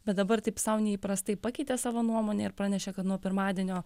bet dabar taip sau neįprastai pakeitė savo nuomonę ir pranešė kad nuo pirmadienio